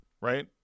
right